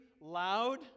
loud